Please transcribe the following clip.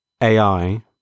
ai